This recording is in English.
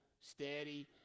steady